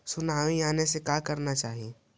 Tsunami आने से का करना चाहिए?